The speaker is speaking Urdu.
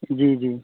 جی جی